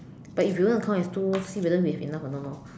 but if you're going to count as two see whether we have enough or not loh